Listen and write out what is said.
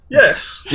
Yes